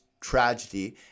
tragedy